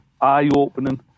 eye-opening